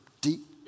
deep